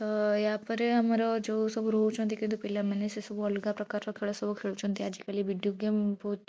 ତ ୟା ପରେ ଆମର ଯେଉଁ ସବୁ ରହୁଛନ୍ତି କେତେକ ପିଲାମାନେ ସେ ସବୁ ଅଲଗା ପ୍ରକାରର ଖେଳ ସବୁ ଖେଳୁଛନ୍ତି ଆଜିକାଲି ଭିଡ଼ିଓ ଗେମ ବହୁତ